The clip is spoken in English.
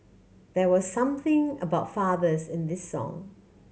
there was something about fathers in this song